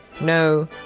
No